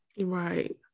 Right